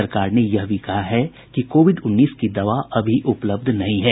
सरकार ने यह भी कहा है कि कोविड उन्नीस की दवा अभी उपलब्ध नहीं है